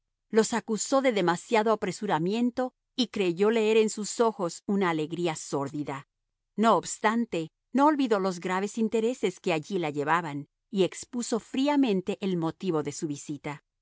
los acusó de demasiado apresuramiento y creyó leer en sus ojos una alegría sórdida no obstante no olvidó los graves intereses que allí la llevaban y expuso fríamente el motivo de su visita